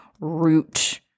root